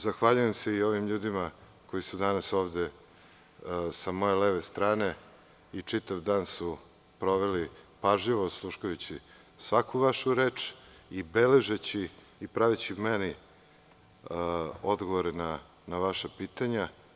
Zahvaljujem se i ovim ljudima koji su danas ovde sa moje leve strane, i čitav danas su proveli pažljivo osluškujući svaku vašu reč i beležeći i praveći meni odgovore na vaša pitanja.